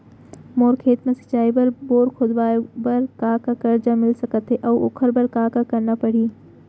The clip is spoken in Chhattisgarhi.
मोर खेत म सिंचाई बर बोर खोदवाये बर का का करजा मिलिस सकत हे अऊ ओखर बर का का करना परही?